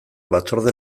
batzorde